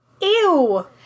Ew